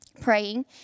praying